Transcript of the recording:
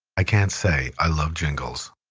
i can't say i love jingles.